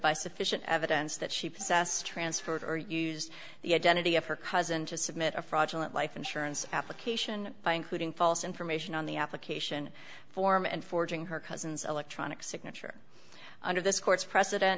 by sufficient evidence that she possessed transferred or used the identity of her cousin to submit a fraudulent life insurance application by including false information on the application form and forging her cousin's electronic signature under this court's precedent